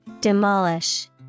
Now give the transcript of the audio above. Demolish